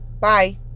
Bye